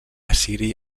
assiri